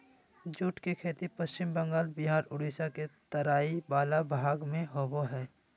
jute के खेती पश्चिम बंगाल बिहार उड़ीसा के तराई वला भाग में होबो हइ